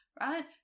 right